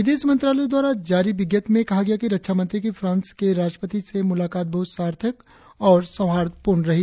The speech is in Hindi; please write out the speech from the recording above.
विदेश मंत्रालय द्वारा जारी विज्ञप्ति में कहा गया है कि रक्षा मंत्री की फांस के राष्ट्रपति से मुलाकात बहुत सार्थक और सौहार्दपूर्ण रही